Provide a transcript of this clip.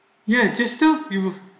ya just now you